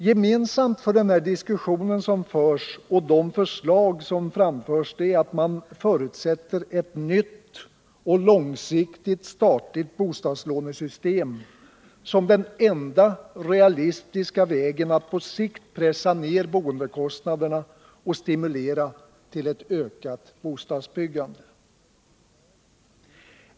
Gemensamt för den diskussionen och för de förslag som framförs är att man förutsätter ett nytt och långsiktigt statligt bostadslånesystem som den enda realistiska vägen att på sikt pressa ned boendekostnaderna och stimulera till ett ökat bostadsbyggande.